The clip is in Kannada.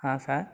ಹಾಂ ಸಾರ್